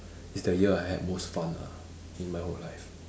is the year I had most fun ah in my whole life